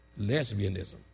lesbianism